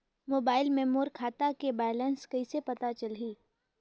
Mobile मे मोर खाता के बैलेंस कइसे पता चलही?